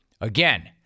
Again